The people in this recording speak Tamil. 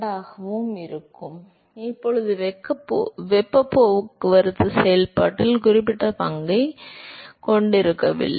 ஏனெனில் வேகம் இப்போது வெப்பப் போக்குவரத்து செயல்பாட்டில் குறிப்பிடத்தக்க பங்கைக் கொண்டிருக்கவில்லை